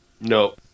nope